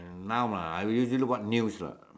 now lah I usually watch news lah